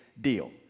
deal